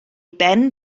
ben